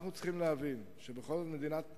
אנחנו צריכים להבין שבכל זאת, מדינת ישראל,